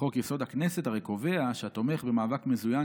חוק-יסוד: הכנסת הרי קובע שהתומך במאבק מזוין